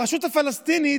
ברשות הפלסטינית,